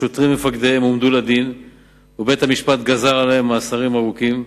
השוטרים ומפקדיהם הועמדו לדין ובית-המשפט גזר עליהם מאסרים ארוכים.